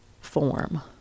form